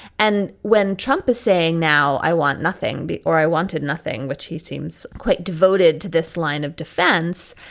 and when trump is saying, now i want nothing be or i wanted nothing, which he seems quite devoted to this line of defense,